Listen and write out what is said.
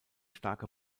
starke